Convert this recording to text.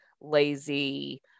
lazy